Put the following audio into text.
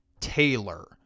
Taylor